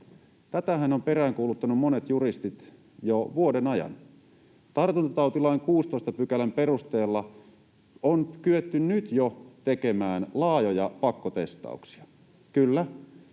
Tätähän ovat peräänkuuluttaneet monet juristit jo vuoden ajan. Tartuntatautilain 16 §:n perusteella on kyetty nyt jo tekemään laajoja pakkotestauksia. Kyllä,